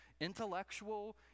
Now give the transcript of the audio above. intellectual